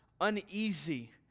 uneasy